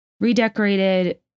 Redecorated